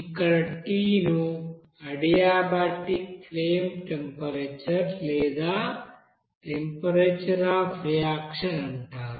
ఇక్కడ T ను adiabatic flame temperature లేదా టెంపరేచర్ అఫ్ రియాక్షన్ అంటారు